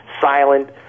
silent